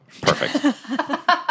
Perfect